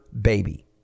baby